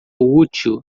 útil